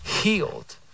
healed